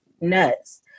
nuts